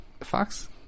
Fox